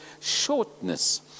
shortness